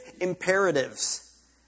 imperatives